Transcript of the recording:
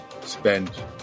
spend